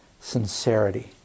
Sincerity